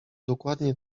dokładnie